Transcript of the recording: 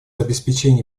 обеспечения